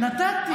נתתי,